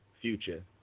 future